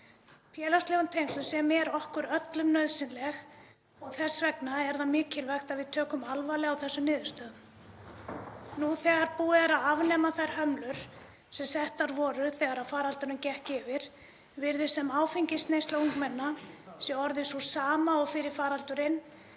félagslegum tengslum, sem eru okkur öllum nauðsynleg. Þess vegna er mikilvægt að við tökum alvarlega á þessum niðurstöðum. Nú þegar búið er að afnema þær hömlur sem settar voru þegar faraldurinn gekk yfir virðist sem áfengisneysla ungmenna sé orðin sú sama og fyrir faraldurinn,